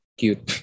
cute